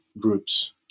groups